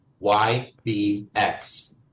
YBX